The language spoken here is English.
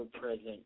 present